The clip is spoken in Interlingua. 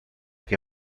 que